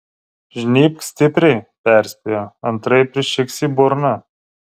žnybk stipriai perspėjo antraip prišiks į burną